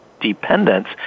dependence